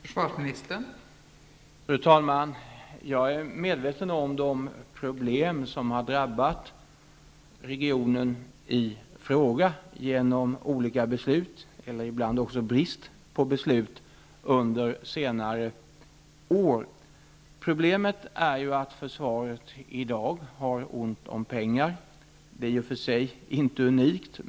Fru talman! Jag är medveten om de problem som har drabbat regionen i fråga genom olika beslut eller ibland brist på beslut under senare år. Problemet är att försvaret i dag har ont om pengar. Det är i och för sig inte unikt.